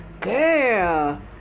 girl